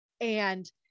And-